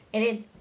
and then